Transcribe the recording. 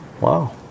Wow